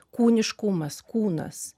kūniškumas kūnas